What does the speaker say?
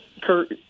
Kurt